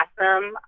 awesome